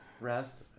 rest